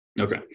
Okay